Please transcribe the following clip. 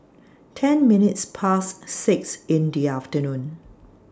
ten minutes Past six in The afternoon